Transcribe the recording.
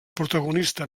protagonista